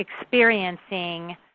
experiencing